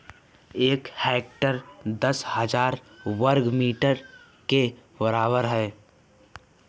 एक हेक्टेयर दस हजार वर्ग मीटर के बराबर है